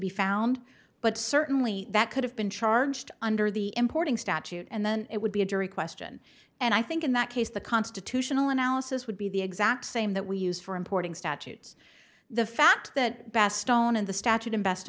be found but certainly that could have been charged under the importing statute and then it would be a jury question and i think in that case the constitutional analysis would be the exact same that we use for importing statutes the fact that best known in the statute